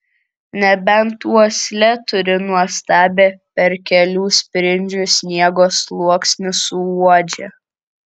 nebent uoslę turi nuostabią per kelių sprindžių sniego sluoksnį suuodžia